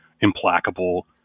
implacable